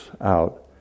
out